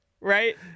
right